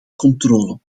controle